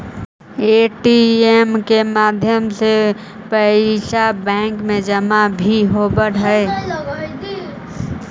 ATM के माध्यम से पैइसा बैंक में जमा भी होवऽ हइ